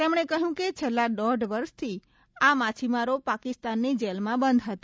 તેમણે કહ્યું કે છેલ્લા દોઢ વર્ષથી આ માછીમારો પાકિસ્તાનની જેલમાં બંધ હતા